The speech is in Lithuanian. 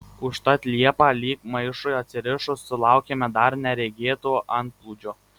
užtat liepą lyg maišui atsirišus sulaukėme dar neregėto antplūdžio